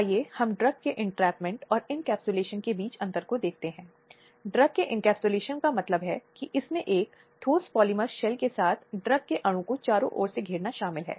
अब बलात्कार के अपराध में 2013 के संशोधन द्वारा कुछ उग्र रूपों को संशोधित किया गया जिसमें हिरासत में बलात्कार भी शामिल है